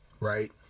right